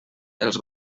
els